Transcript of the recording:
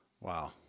wow